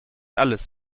alles